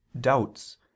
doubts